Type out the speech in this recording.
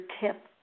tip